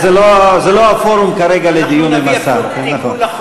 לא תפסת את